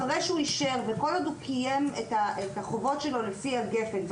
אחרי שהוא אישר וכל עוד הוא קיים את החובות שלו לפי הגפ"ן,